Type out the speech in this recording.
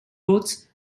roads